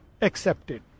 accepted